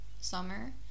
summer